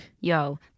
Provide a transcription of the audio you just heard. Yo